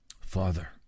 Father